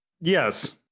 Yes